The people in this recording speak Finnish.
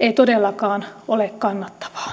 ei todellakaan ole kannattavaa